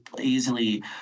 easily